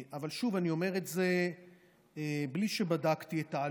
מוצע להפנות סוגיה זו למשרד המשפטים.